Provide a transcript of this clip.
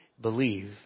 believe